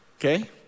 Okay